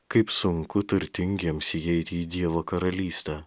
kaip sunku turtingiems įeiti į dievo karalystę